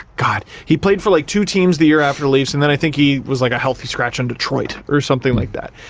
he played for like two teams the year after the leafs, and then i think he was like, a healthy scratch in detroit or something like that.